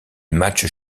matchs